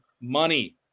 money